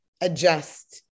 Adjust